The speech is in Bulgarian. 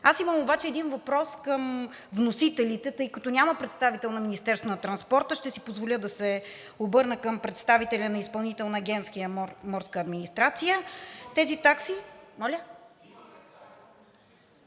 Аз имам обаче един въпрос към вносителите, тъй като няма представител на Министерството на транспорта, ще си позволя да се обърна към представителя на Изпълнителна агенция „Морска администрация“. (Шум и